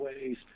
ways